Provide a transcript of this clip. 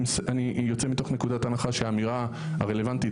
אני יוצא מתוך נקודת הנחה שהאמירה הרלוונטית